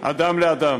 אדם לאדם.